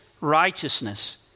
righteousness